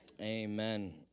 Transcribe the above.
amen